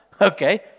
Okay